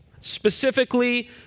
specifically